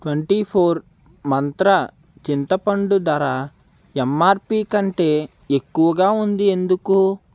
twenty four Mantra చింతపండు ధర MRP కంటే ఎక్కువగా ఉంది ఎందుకు